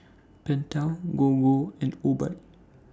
Pentel Gogo and Obike